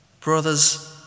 Brothers